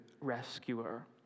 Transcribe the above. rescuer